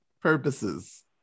purposes